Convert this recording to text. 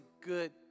good